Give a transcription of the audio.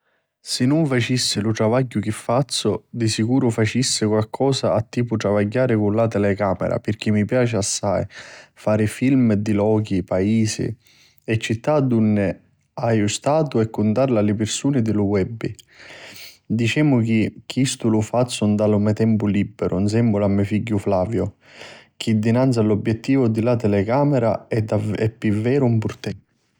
Si nun facissi lu travagghiu chi fazzu, di sicuru facissi qualchi cosa attipu travagghiari cu la telecàmera pirchì mi piaci assai fari filmi di lochi, paisi e città dunni haiu statu e cuntàrili a li pirsuni di lu webbi. Dicemu chi chistu lu fazzu nta lu me tempu lìbiru nsèmmula a me figghiu Flaviu chi davanzi l'obiettivu di la telecàmera è pi veru un purtentu.